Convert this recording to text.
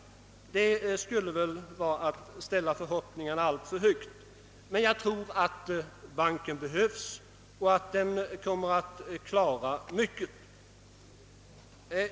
Det skulle väl vara att ställa förväntningarna alltför högt. Jag tror dock att banken behövs och att den kommer att klara av många problem.